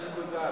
נכון?